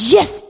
Yes